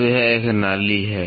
तो यह एक नाली है यह एक नाली है